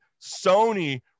Sony